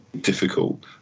difficult